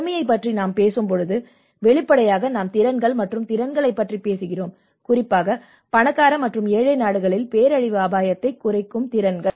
வறுமையைப் பற்றி நாம் பேசும்போது வெளிப்படையாக நாம் திறன்கள் மற்றும் திறன்களைப் பற்றி பேசுகிறோம் குறிப்பாக பணக்கார மற்றும் ஏழை நாடுகளில் பேரழிவு அபாயத்தைக் குறைக்கும் திறன்கள்